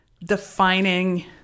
defining